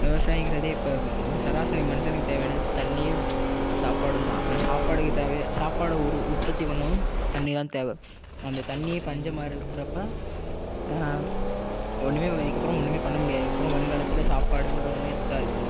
விவசாயங்குறது இப்போ சராசரி மனுசனுக்கு தேவையானது தண்ணியும் சாப்பாடும் தான் அந்த சாப்பாடுக்கு தேவை சாப்பாடை உற்பத்தி பண்ணவும் தண்ணிதான் தேவை அந்த தண்ணியே பஞ்சமாக இருக்கிறப்ப ஒன்றுமே இதுக்கு இதுக்கப்புறம் ஒன்றுமே பண்ணமுடியாது இதுக்கப்புறம் வருங்காலத்தில் சாப்பாடுங்கிற ஒன்று இருக்காது